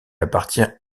appartient